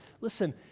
Listen